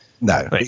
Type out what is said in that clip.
No